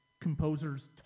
composers